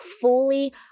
fully